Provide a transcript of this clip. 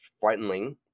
frightening